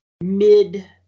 mid